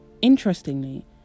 Interestingly